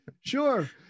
Sure